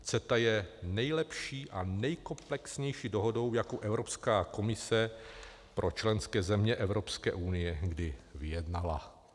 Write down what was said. CETA je nejlepší a nejkomplexnější dohodou, jakou Evropská komise pro členské země Evropské unie kdy vyjednala.